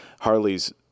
Harley's